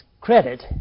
credit